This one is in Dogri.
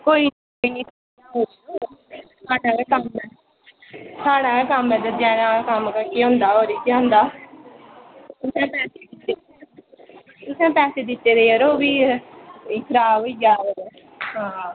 कोई निं साढ़ा गै कम्म ऐ साढ़ा गै कम्म ऐ दर्जियां दा कम्म केह् होंदा होर इ'यै होंदा तुसें पैसे दित्ते तुसें पैसे दित्ते दे जरो भी खराब होई जा अगर तां